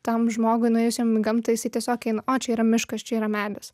tam žmogui nuėjusiam į gamtą jisai tiesiog eina o čia yra miškas čia yra medis